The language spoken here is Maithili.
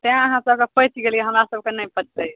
तेॅं अहाँ सबके पैचि गेलयै हमरा सबके नहि पचलै